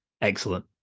Excellent